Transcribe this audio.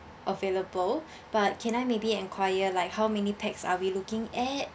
available but can I maybe enquire like how many pax are we looking at